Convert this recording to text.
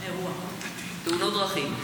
תאונות דרכים.